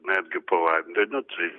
netgi po vandeniu tai